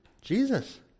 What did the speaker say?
Jesus